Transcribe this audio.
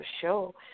show